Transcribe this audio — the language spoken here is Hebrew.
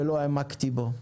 ולא העמקתי בו.